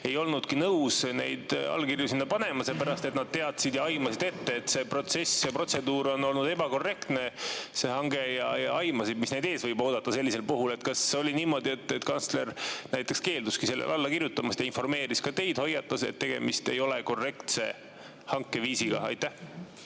ei olnud nõus allkirju sinna panema, sest nad teadsid ja aimasid ette, et see protsess, see protseduur on ebakorrektne, see hange. Nad aimasid, mis neid ees võib oodata sellisel puhul. Kas oli niimoodi, et kantsler näiteks keeldus sellele alla kirjutamast ja informeeris ka teid, hoiatas, et tegemist ei ole korrektse hankeviisiga? Aitäh,